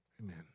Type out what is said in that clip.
amen